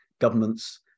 governments